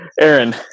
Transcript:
aaron